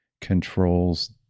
controls